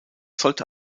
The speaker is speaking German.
sollte